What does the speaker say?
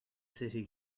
city